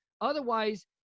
Otherwise